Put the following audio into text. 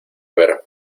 ver